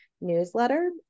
newsletter